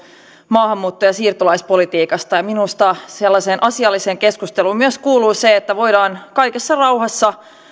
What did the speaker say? maahanmuutto ja siirtolaispolitiikasta minusta sellaiseen asialliseen keskusteluun kuuluu myös se että voidaan kaikessa rauhassa